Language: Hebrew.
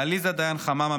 לעליזה דיין חממה,